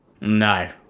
No